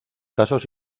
casos